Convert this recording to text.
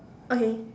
okay